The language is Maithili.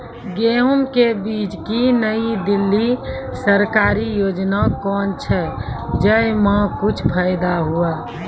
गेहूँ के बीज की नई दिल्ली सरकारी योजना कोन छ जय मां कुछ फायदा हुआ?